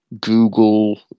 Google